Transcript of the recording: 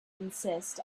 insist